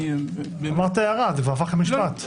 אני